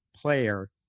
player